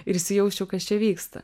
ir įsijaučiau kas čia vyksta